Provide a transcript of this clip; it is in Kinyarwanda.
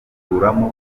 akuramo